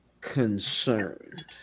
concerned